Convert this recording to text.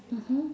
mmhmm